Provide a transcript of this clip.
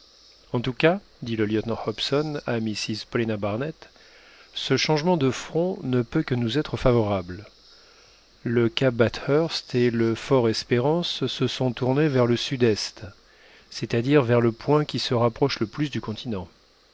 en tout cas dit le lieutenant hobson à mrs paulina barnett ce changement de front ne peut que nous être favorable le cap bathurst et le fort espérance se sont tournés vers le sud-est c'est-à-dire vers le point qui se rapproche le plus du continent